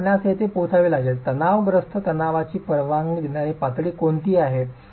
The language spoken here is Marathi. तर आपणास येथे पोहोचावे लागेल तणावग्रस्त तणावाची परवानगी देणारी पातळी कोणती आहे